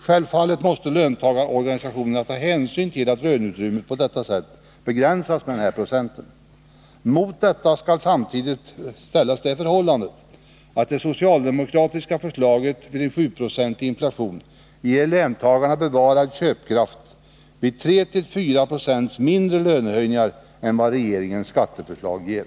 Självfallet måste löntagarorganisationerna ta hänsyn till att löneutrymmet på detta sätt begränsas med denna procent. Mot detta skall samtidigt ställas det förhållandet att det socialdemokratiska förslaget vid en 7-procentig inflation ger löntagarna bevarad köpkraft vid 3-4 7Zo mindre lönehöjning än vad regeringens skatteförslag ger.